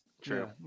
True